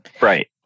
Right